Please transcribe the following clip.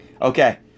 Okay